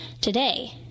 today